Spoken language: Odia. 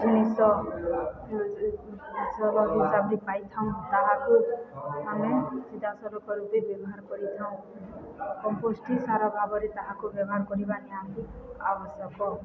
ଜିନିଷ ହିସାବରେ ପାଇଥାଉଁ ତାହାକୁ ଆମେ ସିଧାସଳଖ ରୂପେ ବ୍ୟବହାର କରିଥାଉଁ କମ୍ପୋଷ୍ଟ ସାର ଭାବରେ ତାହାକୁ ବ୍ୟବହାର କରିବା ନିହାତି ଆବଶ୍ୟକ